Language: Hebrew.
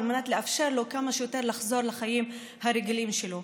מנת לאפשר לו כמה שיותר לחזור לחיים הרגילים שלו.